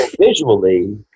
Visually